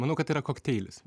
manau kad tai yra kokteilis